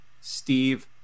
Steve